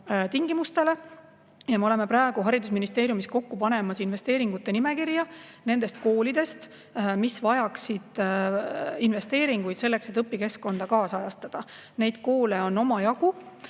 tingimustele. Me oleme praegu haridusministeeriumis kokku panemas investeeringute nimekirja nendest koolidest, mis vajaksid investeeringuid selleks, et õpikeskkonda kaasajastada. Neid koole on omajagu.